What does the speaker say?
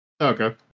Okay